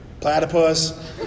platypus